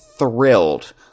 Thrilled